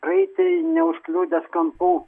raitė neužkliudęs kampų